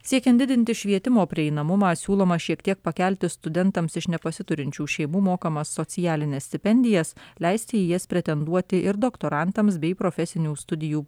siekiant didinti švietimo prieinamumą siūloma šiek tiek pakelti studentams iš nepasiturinčių šeimų mokamas socialines stipendijas leisti į jas pretenduoti ir doktorantams bei profesinių studijų